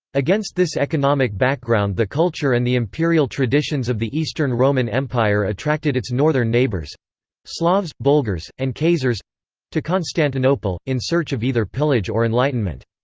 against this economic background the culture and the imperial traditions of the eastern roman empire attracted its northern neighbours slavs, bulgars, and khazars to constantinople, in search of either pillage or enlightenment.